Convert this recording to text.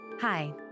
Hi